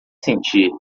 sentir